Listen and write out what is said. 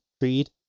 Creed